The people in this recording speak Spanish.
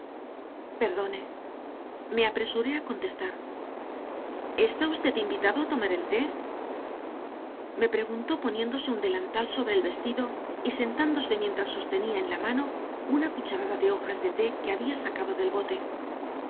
perdone me apresuré a contestar está usted invitado a tomar el té me preguntó poniéndose un delantal sobre el vestido y sentándose mientras sostenía en la mano una cucharada de hojas de té que había sacado del bote